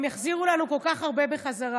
הם יחזירו לנו כל כך הרבה בחזרה.